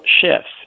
shifts